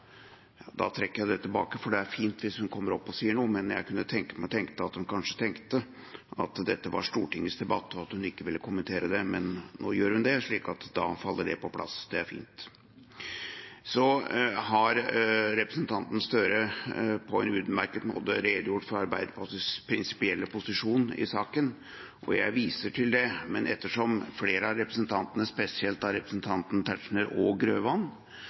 da faller det på plass. Det er fint. Så har representanten Gahr Støre på en utmerket måte redegjort for Arbeiderpartiets prinsipielle posisjon i saken, og jeg viser til det, men ettersom flere av representantene, spesielt representanten Tetzschner – og Grøvan,